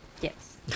Yes